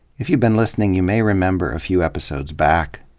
if you've been listening you may remember, a few episodes back,